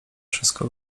wszystko